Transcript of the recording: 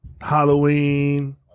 Halloween